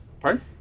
Pardon